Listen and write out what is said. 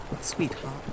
sweetheart